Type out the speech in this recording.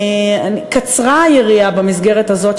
קצרה היריעה במסגרת הזאת,